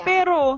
Pero